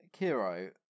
kiro